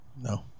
No